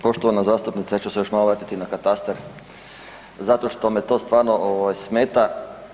Poštovana zastupnice ja ću se još malo vratiti na katastar, zato što me to stvarno smeta.